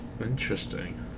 Interesting